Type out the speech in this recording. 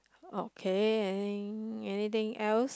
okay any anything else